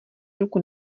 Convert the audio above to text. ruku